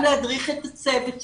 גם להדריך את הצוות שלו.